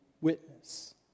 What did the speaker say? witness